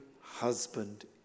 husband